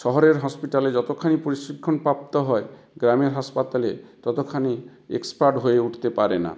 শহরের হসপিটালে যতখানি পরিশিক্ষণ প্রাপ্ত হয় গ্রামের হাসপাতালে ততখানি এক্সপার্ট হয়ে উঠতে পারে না